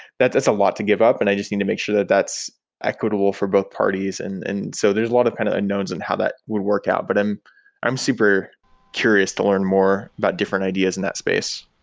that's a lot to give up, and i just need to make sure that that's equitable for both parties. and and so there's lot of kind of unknowns and how that would work out. but i'm i'm super curious to learn more about different ideas in that space.